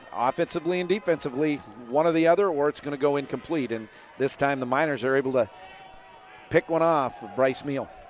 offensively and defensively, one or the other. or it's going to go incomplete. and this time the miners are able to pick one off of bryce meehl.